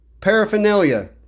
Paraphernalia